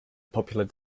popular